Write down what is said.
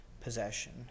possession